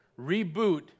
Reboot